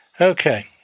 Okay